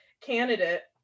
candidate